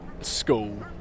school